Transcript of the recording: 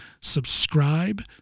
subscribe